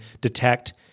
detect